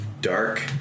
dark